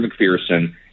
McPherson